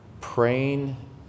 praying